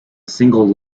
single